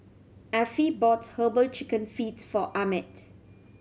Affie bought Herbal Chicken Feet for Ahmed